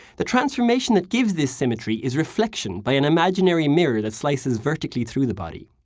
the transformation that gives this symmetry is reflection by an imaginary mirror that slices vertically through the body.